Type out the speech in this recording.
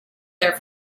there